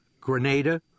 Grenada